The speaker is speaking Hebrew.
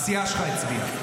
--- הסיעה שלך הצביעה.